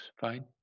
fine